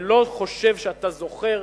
אני לא חושב שאתה זוכר,